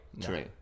True